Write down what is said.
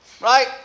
Right